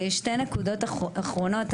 שתי נקודות אחרונות.